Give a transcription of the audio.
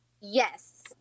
Yes